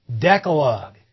Decalogue